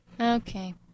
Okay